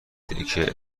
تکه